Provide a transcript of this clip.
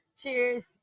Cheers